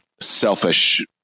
selfish